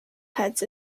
heads